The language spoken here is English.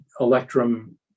electrum